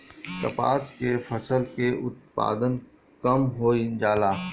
कपास के फसल के उत्पादन कम होइ जाला?